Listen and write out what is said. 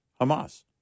hamas